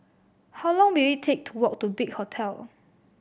how long will it take to walk to Big Hotel